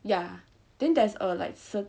ya then there's a like